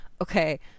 Okay